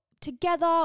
together